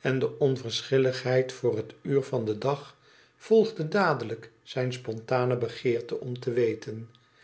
en de onverschilligheid voor het uur van den dag volgde dadeiijk zijn spontane begeerte om te weten